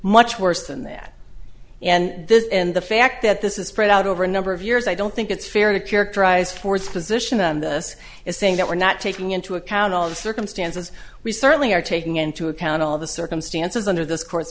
much worse than that and this and the fact that this is spread out over a number of years i don't think it's fair to characterize fourth position on this as saying that we're not taking into account all the circumstances we certainly are taking into account all of the circumstances under this court